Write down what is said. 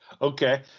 Okay